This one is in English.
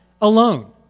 alone